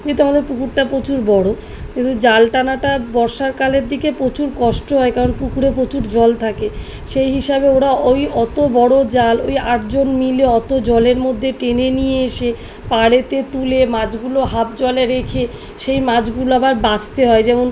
যেহেতু আমাদের পুকুরটা প্রচুর বড়ো কিন্তু জাল টানাটা বর্ষাকালের দিকে প্রচুর কষ্ট হয় কারণ পুকুরে প্রচুর জল থাকে সেই হিসাবে ওরা ওই অতো বড়ো জাল ওই আটজন মিলে অতো জলের মধ্যে টেনে নিয়ে এসে পাড়েতে তুলে মাছগুলো হাফ জলে রেখে সেই মাছগুলো আবার বাছতে হয় যেমন